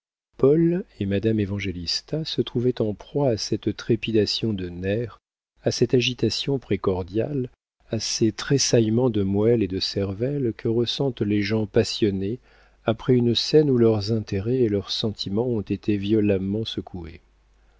paul et madame évangélista se trouvaient en proie à cette trépidation de nerfs à cette agitation précordiale à ces tressaillements de moelle et de cervelle que ressentent les gens passionnés après une scène où leurs intérêts et leurs sentiments ont été violemment secoués